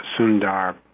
Sundar